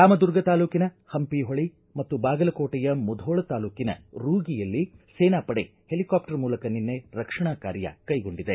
ರಾಮದುರ್ಗ ತಾಲೂಕಿನ ಪಂಪಿಹೊಳಿ ಮತ್ತು ಬಾಗಲಕೋಟೆಯ ಮುಧೋಳ ತಾಲೂಕಿನ ರೂಗಿಯಲ್ಲಿ ಸೇನಾ ಪಡೆ ಹೆಲಿಕಾಪ್ಸರ್ ಮೂಲಕ ನಿನ್ನೆ ರಕ್ಷಣಾ ಕಾರ್ಯ ಕೈಗೊಂಡಿದೆ